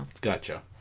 Gotcha